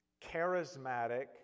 charismatic